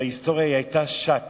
בהיסטוריה היא היתה ש"ת,